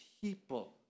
people